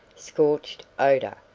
scorched odour,